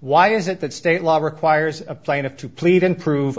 why is it that state law requires a plaintiff to plead and prove